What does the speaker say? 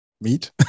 meat